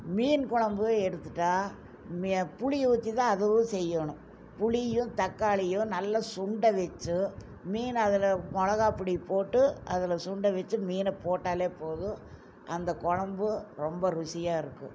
மீன் குழம்பு எடுத்துட்டால் புளியை ஊற்றி தான் அதுவும் செய்யணும் புளியும் தக்காளியும் நல்லா சுண்ட வச்சு மீனை அதில் மிளகாப்பொடி போட்டு அதில் சுண்ட வச்சு மீனை போட்டாலே போதும் அந்த குழம்பு ரொம்ப ருசியாக இருக்கும்